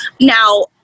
Now